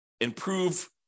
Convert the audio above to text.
improve